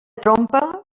trompa